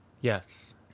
Yes